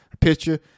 picture